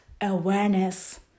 awareness